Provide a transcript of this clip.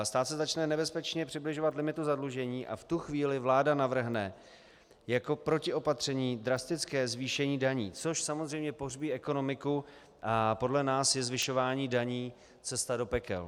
Stát se začne nebezpečně přibližovat limitu zadlužení a v tu chvíli vláda navrhne jako protiopatření drastické zvýšení daní, což samozřejmě pohřbí ekonomiku, a podle nás je zvyšování daní cesta do pekel.